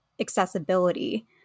accessibility